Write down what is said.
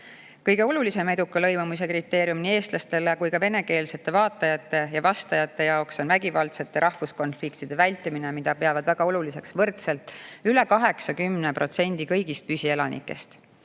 olulisem eduka lõimumise kriteerium nii eestlastele kui ka venekeelsete vaatajate ja vastajate jaoks on vägivaldsete rahvuskonfliktide vältimine, mida peavad väga oluliseks võrdselt üle 80% kõigist püsielanikest.